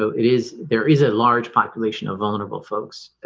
so it is there is a large population of vulnerable folks, ah,